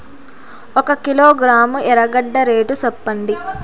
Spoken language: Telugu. ఒక కిలోగ్రాము ఎర్రగడ్డ రేటు సెప్పండి?